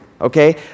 Okay